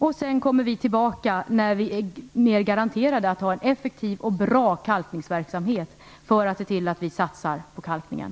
Vi avser att komma tillbaka, när vi är mera garanterade en effektiv och bra kalkningsverksamhet, för att se till att det satsas på kalkningen.